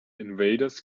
invaders